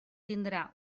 tindrà